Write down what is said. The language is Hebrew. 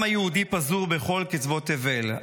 העם היהודי פזור בכל קצוות תבל,